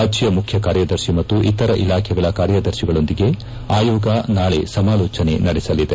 ರಾಜ್ಯ ಮುಖ್ಯಕಾರ್ಯದರ್ಶಿ ಮತ್ತು ಇತರ ಇಲಾಖೆಗಳ ಕಾರ್ಯದರ್ಶಿಗಳೊಂದಿಗೆ ಆಯೋಗ ನಾಳೆ ಸಮಾಲೋಜನೆ ನಡೆಸಲಿದೆ